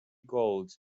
gold